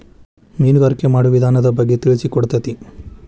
ಮೇನುಗಾರಿಕೆ ಮಾಡುವ ವಿಧಾನದ ಬಗ್ಗೆ ತಿಳಿಸಿಕೊಡತತಿ